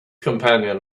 companion